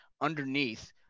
underneath